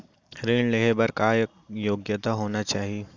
ऋण लेहे बर का योग्यता होना चाही?